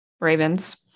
Ravens